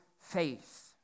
faith